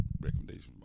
recommendations